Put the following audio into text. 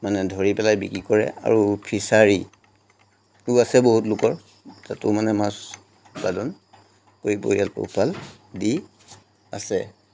মানে ধৰি পেলাই বিক্ৰী কৰে আৰু ফিচাৰীও আছে বহুত লোকৰ তাতো মানে মাছ উৎপাদন কৰি পৰিয়াল পোহপাল দি আছে